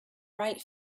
right